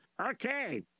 Okay